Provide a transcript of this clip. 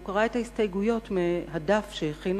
והוא קרא את ההסתייגויות מהדף שהכינה